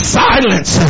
silence